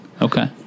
okay